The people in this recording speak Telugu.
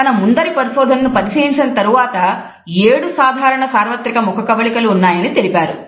తన ముందరి పరిశోధనను పరిశీలించిన తరువాత 7 సాధారణ సార్వత్రిక ముఖకవళికలు ఉన్నాయని తెలిపారు